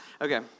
okay